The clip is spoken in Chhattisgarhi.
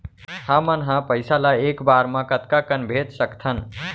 हमन ह पइसा ला एक बार मा कतका कन भेज सकथन?